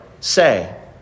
say